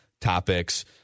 topics